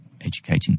Educating